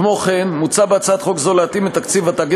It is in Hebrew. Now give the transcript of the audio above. כמו כן מוצע בהצעת חוק זו להתאים את תקציב התאגיד